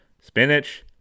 spinach